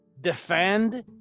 defend